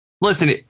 listen